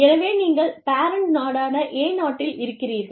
எனவே நீங்கள் பேரண்ட் நாடான A நாட்டில் இருக்கிறீர்கள்